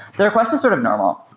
the request is sort of normal.